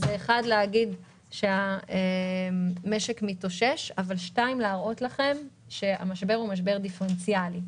להגיד שהמשק מתאושש וגם להראות לכם שהמשבר הוא דיפרנציאלי.